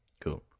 cool